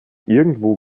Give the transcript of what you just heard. irgendwo